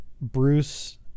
Bruce